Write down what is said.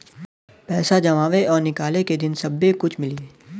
पैसा जमावे और निकाले के दिन सब्बे कुछ मिली